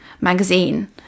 magazine